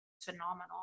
Phenomenal